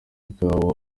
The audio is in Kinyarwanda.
ikawa